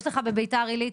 יש לך בביתר עילית